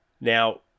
Now